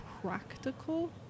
practical